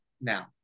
Now